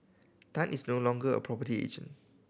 Tan is no longer a property agent